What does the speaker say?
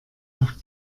nach